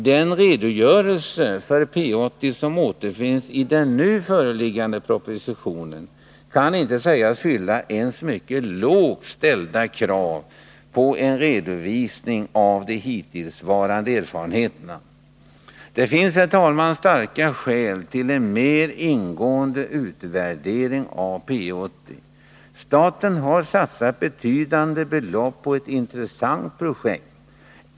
Den redogörelse för P 80 som återfinns i den nu föreliggande propositionen kan inte heller sägas uppfylla ens mycket lågt ställda krav på en redovisning av de hittillsvarande erfarenheterna. Det finns, herr talman, starka skäl för en mer ingående utvärdering av P 80. Staten har satsat betydande belopp på ett intressant projekt.